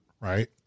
right